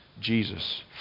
jesus